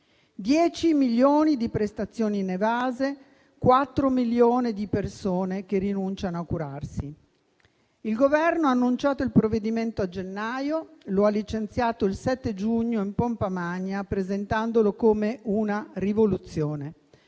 10 milioni di prestazioni inevase e 4 milioni di persone che rinunciano a curarsi. Il Governo ha annunciato il provvedimento a gennaio e lo ha licenziato il 7 giugno in pompa magna, presentandolo come una rivoluzione: